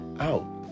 Out